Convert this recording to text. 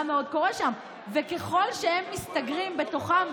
וככל שהם מסתגרים בתוכם,